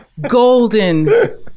golden